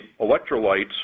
electrolytes